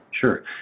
Sure